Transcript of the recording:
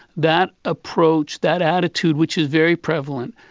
that approach, that attitude, which is very prevalent,